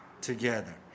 together